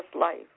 life